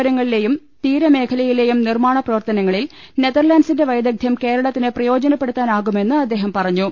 തുറമുഖങ്ങളിലെയും പുഴയോരങ്ങളിലെയും തീര മേഖല യിലെയും നിർമാണ പ്രവർത്തനങ്ങളിൽ നെതർലാന്റ് സിന്റെ വൈദഗ്ധ്യം കേരളത്തിന് പ്രയോജനപ്പെടുത്താനാകുമെന്ന് അദ്ദേഹം പറഞ്ഞു